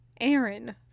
Aaron